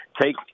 take